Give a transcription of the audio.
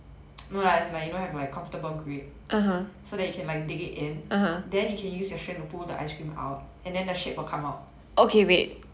no lah as in like you know have like comfortable grip so that you can like dig it in then you can use your strength to pull the ice cream out and then the shape will come out